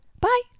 Bye